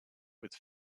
with